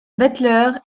butler